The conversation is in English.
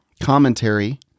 commentary